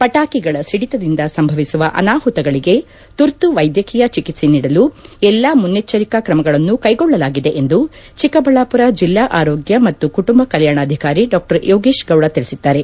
ಪಟಾಕಿಗಳ ಸಿದಿತದಿಂದ ಸಂಭವಿಸುವ ಅನಾಹುತಗಳಿಗೆ ತುರ್ತು ವೈದ್ಯಕೀಯ ಚಿಕಿತ್ಸೆ ನೀಡಲು ಎಲ್ದಾ ಮುನ್ತೆಚ್ಚರಿಕಾ ಕ್ರಮಗಳನ್ನು ಕೈಗೊಳ್ಳಲಾಗಿದೆ ಎಂದು ಚಿಕ್ಕಬಳ್ಳಾಪುರ ಜಿಲ್ಲಾ ಆರೋಗ್ಯ ಮತ್ತು ಕುಟುಂಬ ಕಲ್ಯಾಣಾಧಿಕಾರಿ ಡಾ ಯೋಗೇಶ್ ಗೌಡ ತಿಳಿಸಿದ್ದಾರೆ